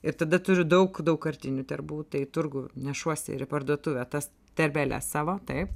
ir tada turiu daug daugkartinių terbų tai į turgų nešuosi ir į parduotuvę tas terbeles savo taip